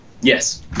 yes